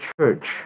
church